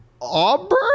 Auburn